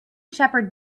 sheppard